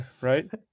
Right